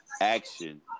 action